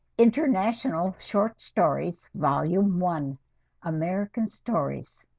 international short stories volume one american stories,